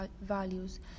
values